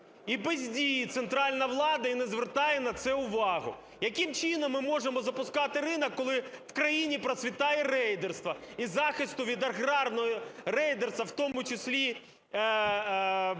І бездіє центральна влада і не звертає на це увагу. Яким чином ми можемо запускати ринок, коли в країні процвітає рейдерство і захисту від аграрного рейдерства, в тому числі